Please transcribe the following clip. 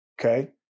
Okay